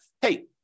hey